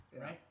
right